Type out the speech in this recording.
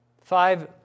Five